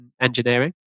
engineering